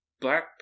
black